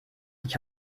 ich